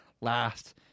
last